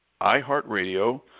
iHeartRadio